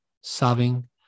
sobbing